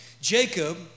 Jacob